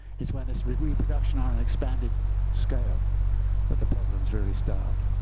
it's when its reproduction on an expanded scale that the problems really start.